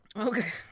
Okay